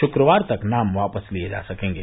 शुक्रवार तक नाम वापस लिए जा सकेंगे